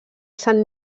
sant